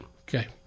Okay